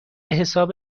حساب